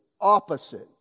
opposite